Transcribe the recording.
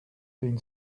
been